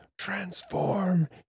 transform